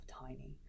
tiny